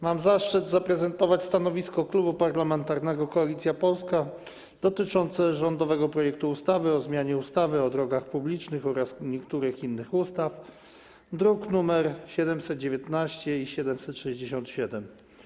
Mam zaszczyt przedstawić stanowisko Klubu Parlamentarnego Koalicja Polska dotyczące rządowego projektu ustawy o zmianie ustawy o drogach publicznych oraz niektórych innych ustaw, druki nr 719 i 767.